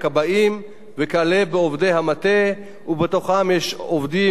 ובתוכם יש עובדים שהם בהסכמים אישיים,